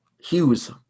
Hughes